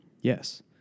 Yes